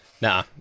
Nah